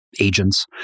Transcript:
agents